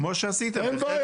כמו שעשיתם בחלק מהעמלות, מצוין.